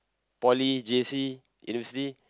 poly J_C university